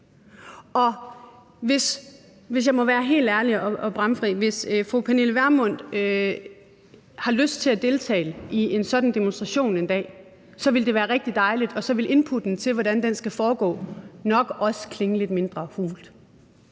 Hvis jeg må være helt ærlig og bramfri og sige, at hvis fru Pernille Vermund har lyst til at deltage i en sådan demonstration en dag, ville det være rigtig dejligt, og så vil inputtet til, hvordan den skal foregå, nok også klinge lidt mindre hult.